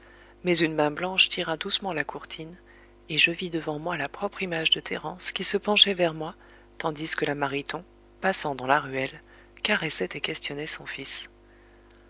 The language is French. mais une main blanche tira doucement la courtine et je vis devant moi la propre image de thérence qui se penchait vers moi tandis que la mariton passant dans la ruelle caressait et questionnait son fils